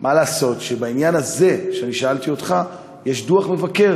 מה לעשות שבעניין הזה שאני שאלתי אותך עליו יש דוח מבקר